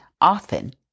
often